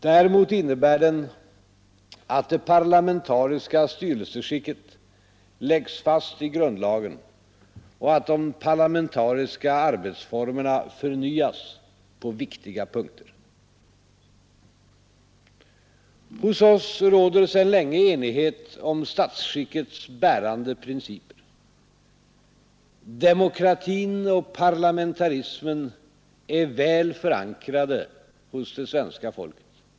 Däremot /innebär den att det parlamentariska styrelseskicket läggs fast i grundlagen och att de parlamentariska arbetsformerna förnyas på viktiga punkter. Hos oss råder sedan länge enighet om statsskickets bärande principer. Demokratin och parlamentarismen är väl förankrade hos svenska folket.